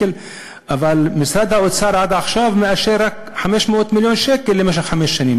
אבל משרד האוצר עד עכשיו מאשר רק 500 מיליון שקל למשך חמש שנים.